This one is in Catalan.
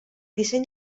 disseny